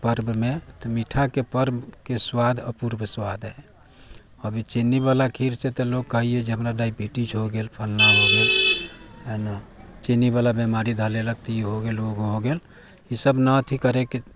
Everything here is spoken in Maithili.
पर्वमे तऽ मीठाके पर्वके स्वाद अपूर्व स्वाद हइ अभी चीनी बाला खीर से तऽ लोक कहैया जे हमरा डायबीटीज हो गेल फलना हो गेल है ने चीनी बाला बेमारी धऽ लेलक तऽ ई हो गेल ओ हो गेल ई सब ने अथी करैके